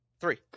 three